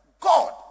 God